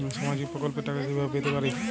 সামাজিক প্রকল্পের টাকা কিভাবে পেতে পারি?